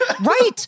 right